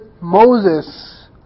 Moses